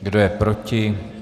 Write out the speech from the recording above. Kdo je proti?